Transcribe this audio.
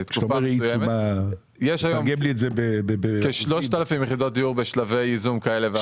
בתקופה מסוימת; כ-3,000 יחידות דיור בשלבי ייזום כאלה ואחרים.